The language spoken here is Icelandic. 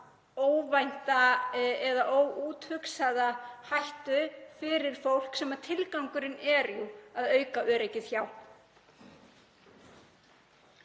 óvænta eða óúthugsaða hættu fyrir fólk sem tilgangurinn er að auka öryggið hjá.